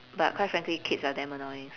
but quite frankly kids are damn annoying